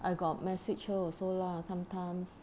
I got message her also lah sometimes